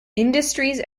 industries